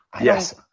Yes